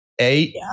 Eight